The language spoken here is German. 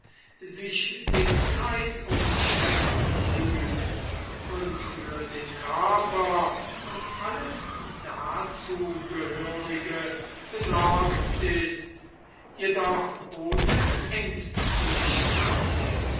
sich den zeitumständen fügt und für den körper und alles dazu gehörige besorgt ist jedoch ohne aengstlichkeit